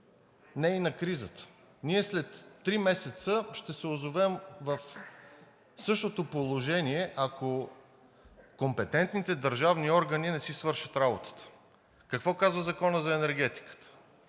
е и на кризите. Ние след три месеца ще се озовем в същото положение, ако компетентните държавни органи не си свършат работата. Какво казва Законът за енергетиката?